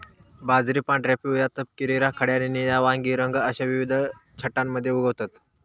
बाजरी पांढऱ्या, पिवळ्या, तपकिरी, राखाडी आणि निळ्या वांगी रंग अश्या विविध छटांमध्ये उगवतत